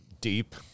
deep